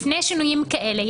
לפני שינויים כאלה,